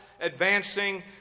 Advancing